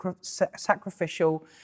sacrificial